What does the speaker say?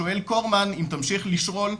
שואל קורמן אם תמשיך לשאול,